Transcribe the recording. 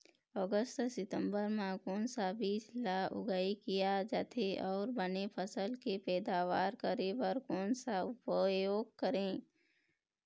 अगस्त सितंबर म कोन सा बीज ला उगाई किया जाथे, अऊ बने फसल के पैदावर करें बर कोन सा उपाय करें?